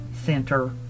Center